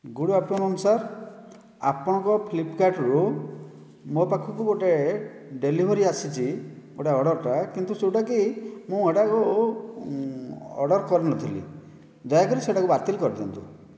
good afternoon sir ଆପଣଙ୍କ ଫ୍ଲିପକାର୍ଟରୁ ମୋ ପାଖକୁ ଗୋଟିଏ ଡେଲିଭେରୀ ଆସିଛି ଗୋଟିଏ ଅର୍ଡ଼ର୍ ଟା କିନ୍ତୁ ଯେଉଁଟା କି ମୁଁ ଅର୍ଡ଼ର୍ କରିନଥିଲି ଦୟାକରି ସେହିଟାକୁ ବାତିଲ୍ କରିଦିଅନ୍ତୁ